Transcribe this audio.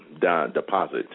deposit